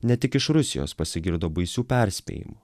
ne tik iš rusijos pasigirdo baisių perspėjimų